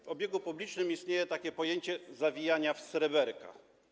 W obiegu publicznym istnieje takie pojęcie zawijania w sreberka.